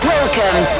Welcome